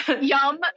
yum